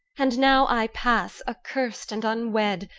and now i pass, accursed and unwed,